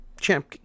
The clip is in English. Champ